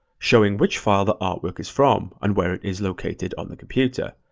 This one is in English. showing which file the artwork is from and where it is located on the computer.